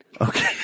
Okay